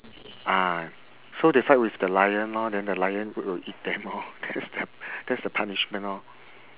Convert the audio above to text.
ah so they fight with the lion lor then the lion will eat them lor that's the that's the punishment lor